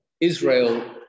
Israel